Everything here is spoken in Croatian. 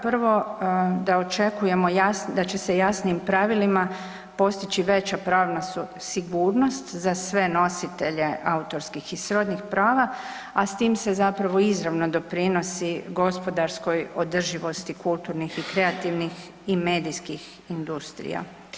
Prvo, da očekujemo da će se jasnijim pravilima postići veća pravna sigurnost za sve nositelje autorskih i srodnih prava a s tim se zapravo izravno doprinosi gospodarskoj održivosti kulturnih i kreativnih i medijskih industrija.